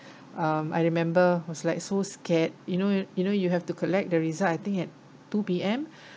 um I remember was like so scared you know you know you have to collect the result I think at two P_M